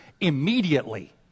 immediately